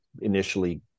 initially